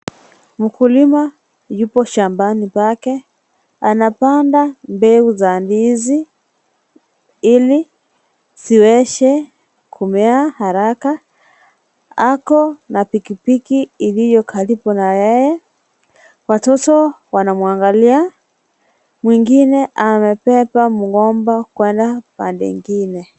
Mkulima yuko shambani pake, anapanda mbegu za ndizi, ili ziweshe, kumea haraka, ako na piki piki iliyo karibu na yeye, watoto wanamwangalia, mwingine amebeba mgomba kwala pande ngine.